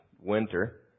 winter